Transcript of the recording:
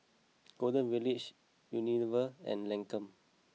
Golden Village Unilever and Lancome